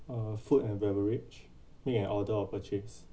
uh food and beverage make an order of purchase